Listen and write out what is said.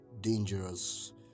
dangerous